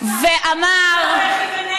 זה לא בכי ונהי?